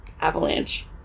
Avalanche